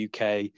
UK